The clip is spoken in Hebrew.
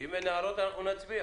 אם אין הערות אנחנו נצביע.